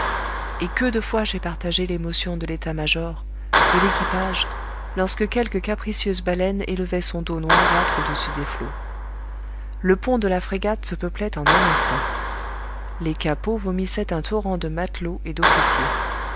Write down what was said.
et que de fois j'ai partagé l'émotion de l'état-major de l'équipage lorsque quelque capricieuse baleine élevait son dos noirâtre au-dessus des flots le pont de la frégate se peuplait en un instant les capots vomissaient un torrent de matelots et d'officiers